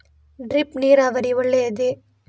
Drip ನೀರಾವರಿ ಒಳ್ಳೆಯದೇ?